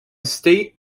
state